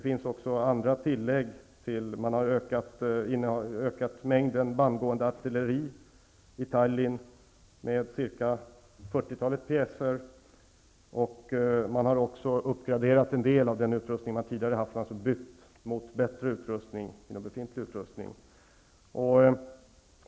Man har vidare ökat mängden bandgående artilleri i Tallinn med ca 40-talet pjäser och också uppgraderat en del av den utrustning man tidigare haft, dvs. bytt tidigare befintlig materiel mot bättre utrustning.